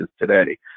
today